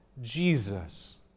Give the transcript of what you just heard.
Jesus